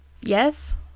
yes